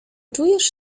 czujesz